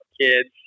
kids